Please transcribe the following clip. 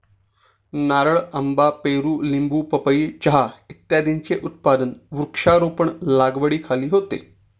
नारळ, आंबा, पेरू, लिंबू, पपई, चहा इत्यादींचे उत्पादन वृक्षारोपण लागवडीखाली होते